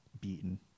beaten